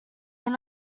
want